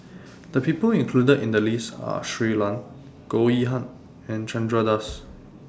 The People included in The list Are Shui Lan Goh Yihan and Chandra Das